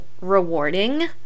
rewarding